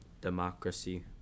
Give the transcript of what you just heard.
democracy